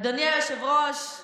אדוני היושב-ראש,